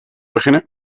beginnen